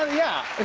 um yeah.